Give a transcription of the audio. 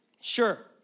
sure